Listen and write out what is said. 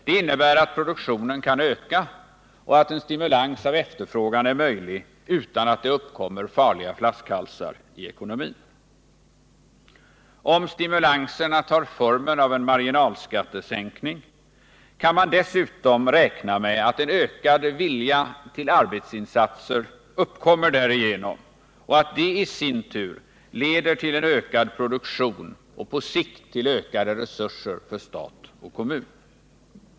Det innebär att produktionen kan öka och att en stimulans av 1) efterfrågan är möjlig utan att det uppkommer farliga flaskhalsar i ekonomin. Om stimulanserna tar formen av en marginalskattesänkning kan man dessutom räkna med att en ökad vilja till arbetsinsatser uppkommer därigenom och att det i sin tur leder till en ökad produktion och på sikt till ökade resurser för stat och kommun.